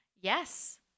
yes